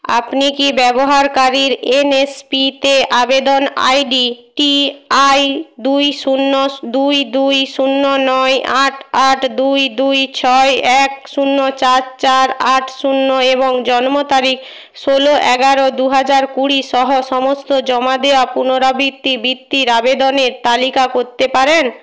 আপনি কি ব্যবহারকারীর এনএসপিতে আবেদন আইডি টিআই দুই শূন্য দুই দুই শূন্য নয় আট আট দুই দুই ছয় এক শূন্য চার চার আট শূন্য এবং জন্ম তারিখ ষোল এগার দু হাজার কুড়িসহ সমস্ত জমা দেওয়া পুনরাবৃত্তি বৃত্তির আবেদনের তালিকা করতে পারেন